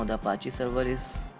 and apache server is